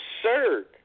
absurd